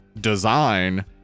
design